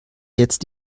jetzt